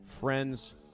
Friends